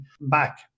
back